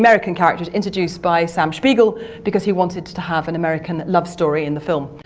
american character's introduced by sam spiegel because he wanted to have an american love story in the film.